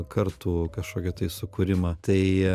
kartų kažkokį tai sukūrimą tai